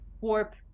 warp